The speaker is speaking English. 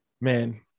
Man